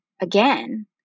again